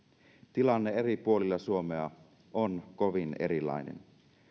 tilanne eri puolilla suomea on kovin erilainen